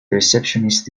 receptionist